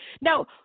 Now